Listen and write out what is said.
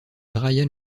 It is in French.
brian